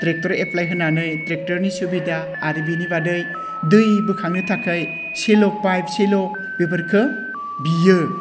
tractor apply होनानै ट्रेक्टरनि सुबिदा आरो बिनि बादै दै बोखांनो थाखाय सिल' पाइप सिल' बेफोरखौ बियो